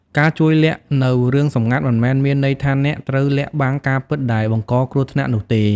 ការជួយលាក់ទុកនូវរឿងសម្ងាត់ មិនមែនមានន័យថាអ្នកត្រូវលាក់បាំងការពិតដែលបង្កគ្រោះថ្នាក់នោះទេ។